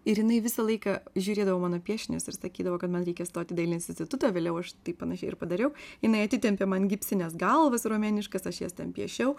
ir jinai visą laiką žiūrėdavo piešinius ir sakydavo kad man reikia stoti į dailės institutą vėliau aš tai panašiai ir padariau jinai atitempė man gipsines galvas romėniškas aš jas ten piešiau